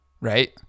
right